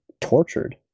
tortured